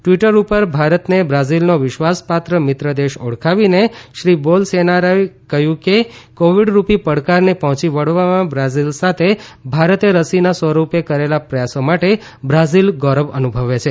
Twitter ઉપર ભારતને બ્રાઝીલનો વિશ્વાસપાત્ર મિત્રદેશ ઓળખાવીને શ્રી બોલસેનારોએ કહ્યું કે કોવીડ રૂપી પડકારને પહોંચી વળવામાં બ્રાઝીલ સાથે ભારતે રસીના સ્વરૂપે કરેલા પ્રયાસો માટે બ્રાઝીલ ગૌરવ અનુભવે છે